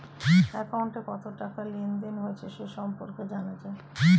অ্যাকাউন্টে কত টাকা লেনদেন হয়েছে সে সম্পর্কে জানা যায়